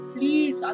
Please